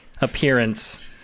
appearance